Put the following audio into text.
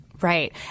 Right